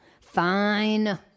Fine